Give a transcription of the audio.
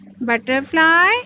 butterfly